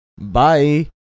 Bye